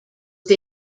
der